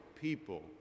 people